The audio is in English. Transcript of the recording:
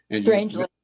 Strangely